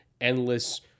endless